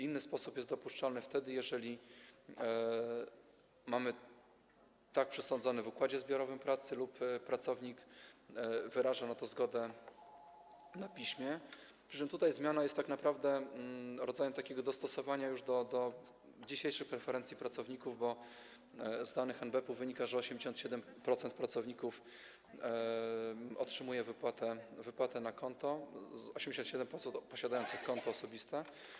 Inny sposób jest dopuszczalny, jeżeli mamy to przesądzone w układzie zbiorowym pracy lub jeżeli pracownik wyraża na to zgodę na piśmie, przy czym tutaj zmiana jest już tak naprawdę rodzajem takiego dostosowania do dzisiejszych preferencji pracowników, bo z danych NBP wynika, że 87% pracowników otrzymuje wypłatę na konto - 87% posiadających konto osobiste.